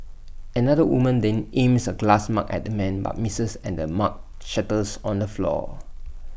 another woman then aims A glass mug at the man but misses and the mug shatters on the floor